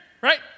Right